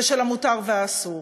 ושל המותר והאסור.